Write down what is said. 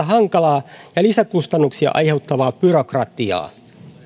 hankalaa ja lisäkustannuksia aiheuttavaa byrokratiaa